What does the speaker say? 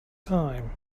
time